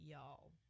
y'all